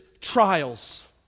trials